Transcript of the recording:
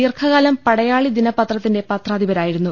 ദീർഘകാലം പടയാളി ദിന പത്രത്തിന്റെ പത്രാധിപരായി രുന്നു